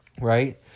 right